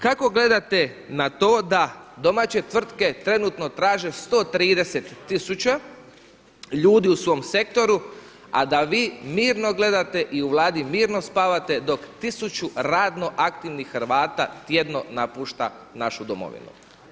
Kako gledate na to da domaće tvrtke trenutno traže 130 tisuća ljudi u svom sektoru, a da vi mirno gledate i u Vladi mirno spavate dok tisuću radno aktivnih Hrvata tjedno napušta našu domovinu?